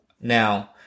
Now